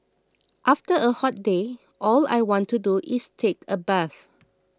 after a hot day all I want to do is take a bath